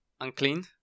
Unclean